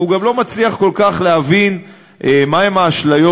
והוא גם לא מצליח כל כך להבין מהן האשליות